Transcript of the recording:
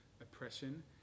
oppression